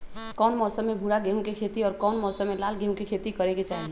कौन मौसम में भूरा गेहूं के खेती और कौन मौसम मे लाल गेंहू के खेती करे के चाहि?